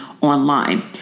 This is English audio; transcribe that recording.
online